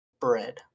bread